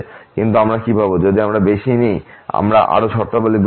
কিন্তু আমরা কি করবো যদি আমরা বেশি নিই যদি আমরা আরো শর্তাবলী গ্রহণ করি